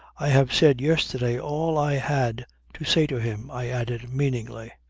i have said yesterday all i had to say to him, i added meaningly.